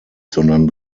sondern